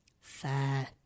fair